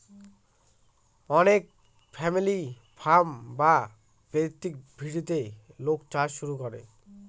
অনেক family farm বা পৈতৃক ভিটেতে লোক চাষ শুরু করে